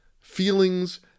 feelings